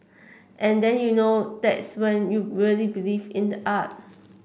and then you know that's when you really believe in the art